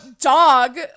dog